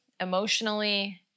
emotionally